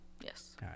Yes